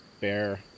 bear